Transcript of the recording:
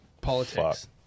politics